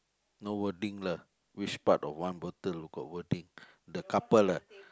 no wording lah which part of one bottle got wording the couple lah